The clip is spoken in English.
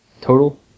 total